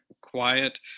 quiet